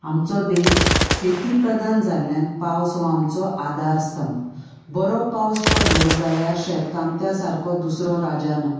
आमचो देश शेती प्रधान जाल्ल्यान पावस हो आमचो आदारस्तंभ बरो पावस पडलो जाल्यार शेतकामत्या सारको दुसरो राजा ना